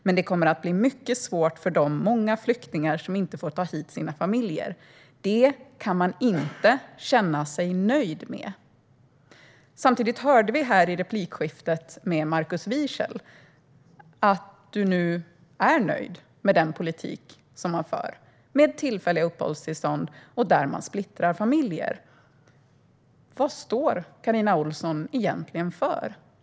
Men det kommer att bli mycket svårt för de många flyktingar som inte får ta hit sina familjer, det kan man inte känna sig nöjd med". Samtidigt hörde vi här i replikskiftet med Markus Wiechel att du nu är nöjd med den politik som förs med tillfälliga uppehållstillstånd och där man splittrar familjer. Vad står Carina Ohlsson egentligen för?